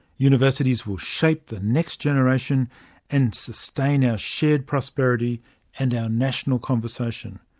universities will shape the next generation and sustain our shared prosperity and our national conversation.